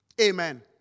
Amen